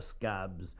scabs